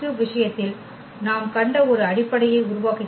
விஷயத்தில் நாம் கண்ட ஒரு அடிப்படையை உருவாக்குகின்றன